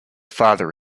father